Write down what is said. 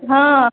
हाँ